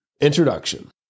Introduction